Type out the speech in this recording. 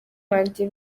wanjye